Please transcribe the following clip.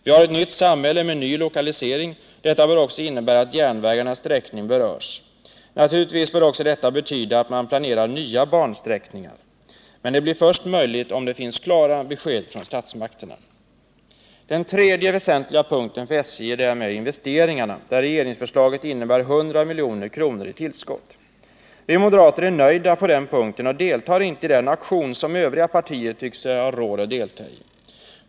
Vi har ett nytt samhälle med ny lokalisering, vilket också bör innebära att järnvägarnas sträckning berörs av detta. Naturligtvis bör också det betyda att man planerar nya bansträckningar. Men det blir möjligt först när det finns klara besked från statsmakterna. Den tredje väsentliga punkten för SJ gäller investeringarna. Här innebär regeringsförslaget 100 milj.kr. i tillskott. Vi moderater är nöjda på den punkten och deltar inte i den auktion som övriga partier tycker sig har råd att delta i.